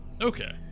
Okay